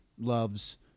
loves